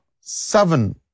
seven